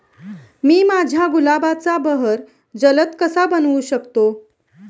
मी माझ्या गुलाबाचा बहर जलद कसा बनवू शकतो?